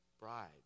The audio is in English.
bride